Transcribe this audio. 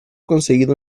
conseguido